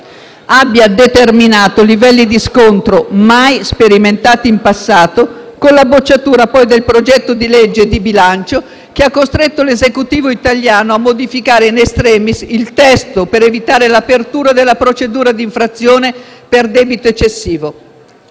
abbia determinato livelli di scontro mai sperimentati in passato, con la bocciatura del progetto di legge di bilancio, che ha costretto l'Esecutivo italiano a modificare *in extremis* il testo per evitare l'apertura della procedura di infrazione per debito eccessivo.